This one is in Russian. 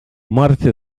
марте